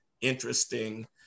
interesting